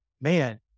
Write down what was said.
Man